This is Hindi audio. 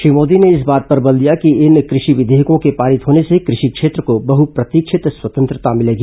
श्री मोदी ने इस बात पर बल दिया कि इन कृषि विधेयकों के पारित होने से कृषि क्षेत्र को बहप्रतीक्षित स्वतंत्रता मिलेगी